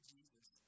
Jesus